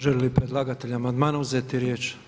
Želi li predlagatelj amandmana uzeti riječ?